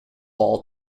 all